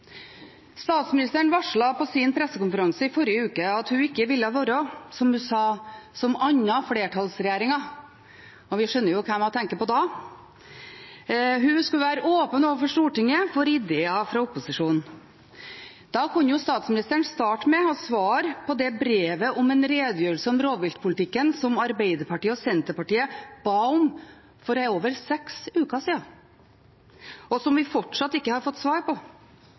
Statsministeren varslet på sin pressekonferanse i forrige uke at hun ikke ville være som andre flertallsregjeringer, som hun sa. Vi skjønner hvem hun tenkte på da. Hun skulle være åpen for ideer fra opposisjonen i Stortinget. Da kunne jo statsministeren ha startet med å svare på det brevet om en redegjørelse om rovviltpolitikken som Arbeiderpartiet og Senterpartiet ba om for over seks uker siden, og som vi fortsatt ikke har fått svar på.